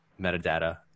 metadata